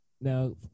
Now